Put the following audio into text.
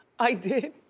i did.